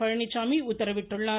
பழனிச்சாமி உத்தரவிட்டுள்ளார்